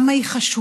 כמה היא חשובה,